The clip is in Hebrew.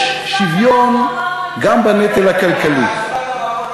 יש שוויון גם בנטל הכלכלי.